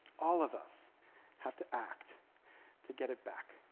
all of us have to act to get it back.